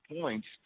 points